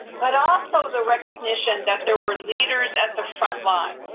but also the recognition that there were leaders at the front line.